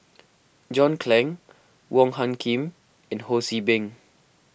John Clang Wong Hung Khim and Ho See Beng